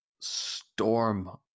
Storm